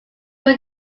was